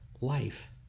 life